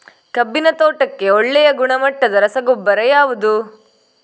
ಕಬ್ಬಿನ ತೋಟಕ್ಕೆ ಒಳ್ಳೆಯ ಗುಣಮಟ್ಟದ ರಸಗೊಬ್ಬರ ಯಾವುದು?